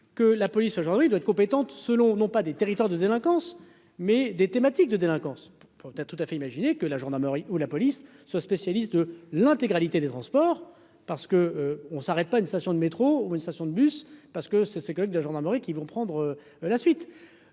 que la police aujourd'hui, il doit être compétente selon non pas des territoires, de délinquance, mais des thématiques de délinquance pour tu as tout à fait imaginer que la gendarmerie ou la police, ce spécialiste de l'intégralité des transports parce que on s'arrête pas une station de métro ou une station de bus parce que c'est, c'est quand même de la gendarmerie qui vont prendre la suite,